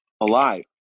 alive